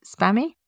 spammy